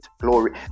glory